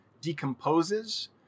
decomposes